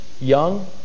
young